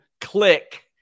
click